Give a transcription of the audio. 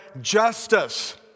justice